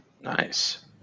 Nice